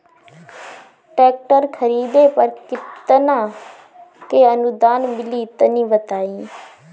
Tractor खरीदे पर कितना के अनुदान मिली तनि बताई?